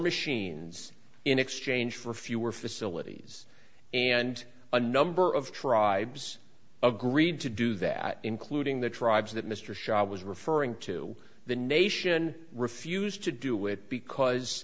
machines in exchange for fewer facilities and a number of tribes agreed to do that including the tribes that mr shot was referring to the nation refused to do it because